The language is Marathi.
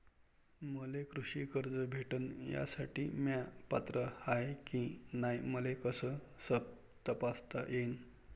मले कृषी कर्ज भेटन यासाठी म्या पात्र हाय की नाय मले कस तपासता येईन?